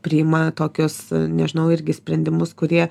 priima tokius nežinau irgi sprendimus kurie